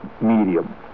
medium